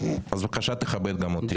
בבקשה תכבד גם אותי.